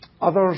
Others